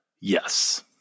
Yes